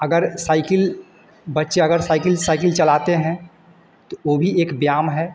अगर साइकिल बच्चे अगर साइकिल चलाते हैं तो वह भी एक व्यायाम है